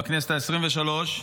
בכנסת העשרים-ושלוש,